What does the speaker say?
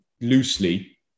loosely